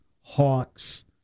Hawks